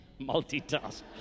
multitask